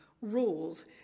rules